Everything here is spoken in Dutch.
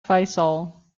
faisal